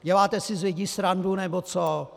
Děláte si z lidí srandu nebo co?